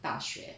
大学